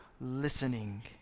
listening